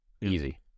Easy